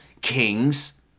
kings